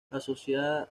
asociada